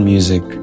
Music